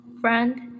friend